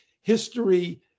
history